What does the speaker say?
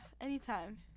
anytime